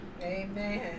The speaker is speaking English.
Amen